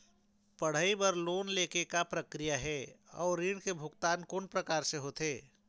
पढ़ई बर लोन ले के का प्रक्रिया हे, अउ ऋण के भुगतान कोन प्रकार से होथे?